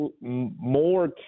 more